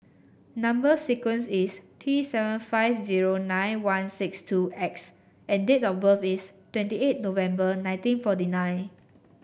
number sequence is T seven five zero nine one six two X and date of birth is twenty eight November nineteen forty nine